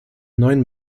neuen